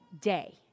day